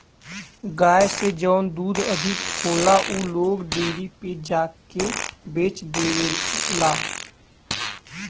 गाय से जौन दूध अधिक होला उ लोग डेयरी पे ले जाके के बेच देवला